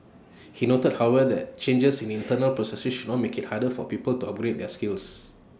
he noted however changes in internal processes should not make IT harder for people to upgrade their skills